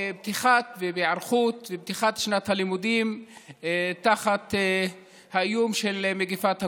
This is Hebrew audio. בהיערכות לפתיחת שנת הלימודים תחת האיום של מגפת הקורונה.